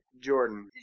Jordan